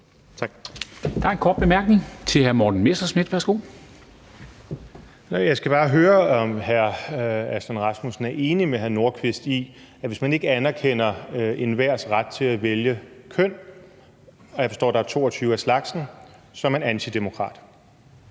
Messerschmidt. Værsgo. Kl. 18:59 Morten Messerschmidt (DF): Jeg skal bare høre, om hr. Aslan Rasmussen er enig med Hr. Nordqvist i, at hvis man ikke anerkender enhvers ret til at vælge køn, og jeg forstår, der er 22 af slagsen, er man antidemokrat.